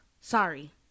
Sorry